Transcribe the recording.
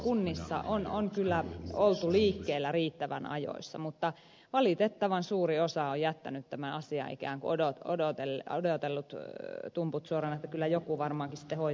osassa kunnista on kyllä oltu liikkeellä riittävän ajoissa mutta valitettavan suuri osa on ikään kuin odotellut tumput suorina että kyllä joku varmaankin sitten hoitaa joskus